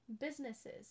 businesses